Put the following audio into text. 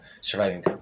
surviving